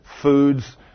foods